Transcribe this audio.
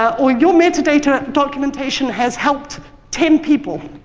or, your metadata documentation has helped ten people!